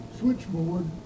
switchboard